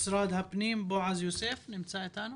משרד הפנים, בועז יוסף, נמצא אתנו?